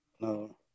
No